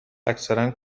اکثرا